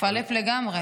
התפלפ לגמרי.